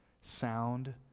sound